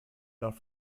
laut